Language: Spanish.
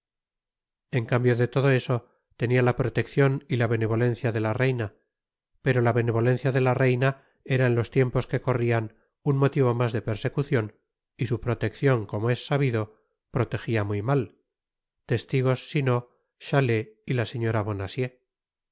en cambio de todo eso tenia la proteccion y la benevolencia de la reina pero ta benevolencia de la reina era en los tiempos que corrian un motivo mas de persecucion y su proteccion como es sabido protegia muy mal testigos sino chalais y la señora